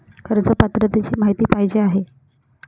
कर्ज पात्रतेची माहिती पाहिजे आहे?